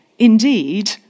Indeed